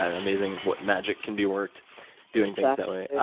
ah amazing what magic can be worked doing things that way.